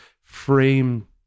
frame